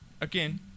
again